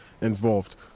involved